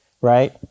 right